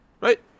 Right